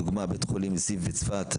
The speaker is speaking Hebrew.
לדוגמה בית החולים זיו בצפת,